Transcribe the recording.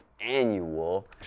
annual